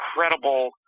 incredible